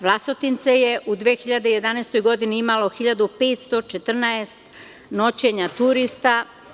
Vlasotince je u 2011. godini imalo 1.514 noćenja turista.